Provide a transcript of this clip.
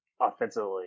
offensively